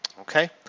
Okay